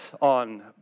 on